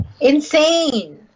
Insane